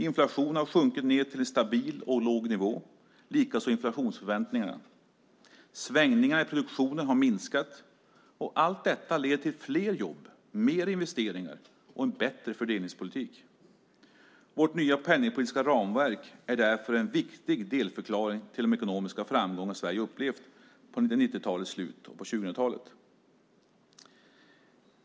Inflationen har sjunkit ned till en stabil och låg nivå liksom inflationsförväntningarna, och svängningarna i produktionen har minskat. Allt detta leder till fler jobb, mer investeringar och en bättre fördelningspolitik. Vårt nya penningpolitiska ramverk är därför en viktig delförklaring till de ekonomiska framgångar Sverige upplevt under 1990-talets slut och på 2000-talet.